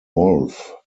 wolff